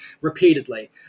repeatedly